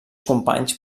companys